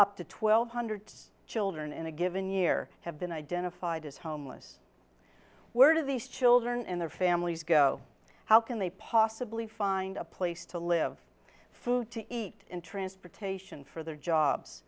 up to twelve hundred children in a given year have been identified as homeless where do these children and their families go how can they possibly find a place to live food to eat and transportation for their jobs